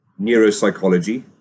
neuropsychology